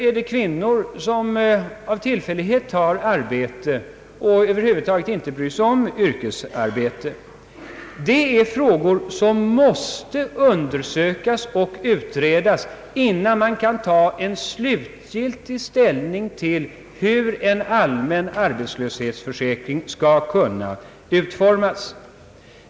Är det kvinnor som tillfälligtvis tar arbete och som över huvud taget inte bryr sig om ett regelbundet yrkesarbete? Det är frågor som måste undersökas och utredas innan man kan ta slutgiltig ställning till hur en allmän arbetslöshetsförsäkring skall kunna utformas.